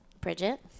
Bridget